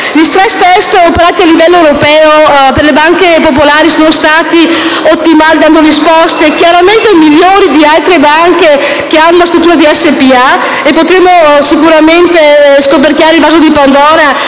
Gli *stress test* operati a livello europeo per le banche popolari sono stati ottimali, dando risposte chiaramente migliori di altre banche, che hanno una struttura di società per azioni. Potremmo sicuramente scoperchiare il vaso di Pandora,